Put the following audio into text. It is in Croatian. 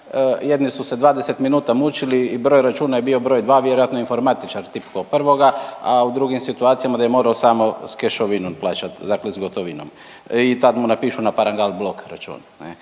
jedni su se 20 minuta mučili i broj računa je bio broj 2, vjerojatno je informatičar tipkao prvoga, a u drugim situacijama da je morao samo s kešovinom plaćat, dakle s gotovinom i tad mu napišu na parangal blok račun